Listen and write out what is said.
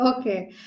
okay